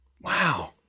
Wow